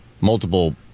multiple